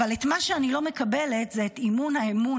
אבל מה שאני לא מקבלת הוא איבוד האמון